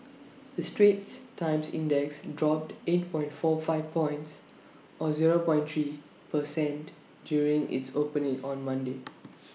the straits times index dropped eight point four five points or zero three per cent during its opening on Monday